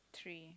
three